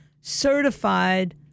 certified